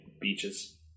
beaches